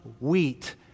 wheat